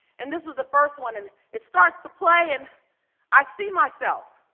and this was the first one. and it starts to play and i see myself.